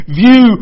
view